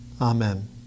Amen